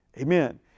Amen